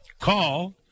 call